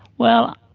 well,